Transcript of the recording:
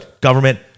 government